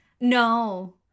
No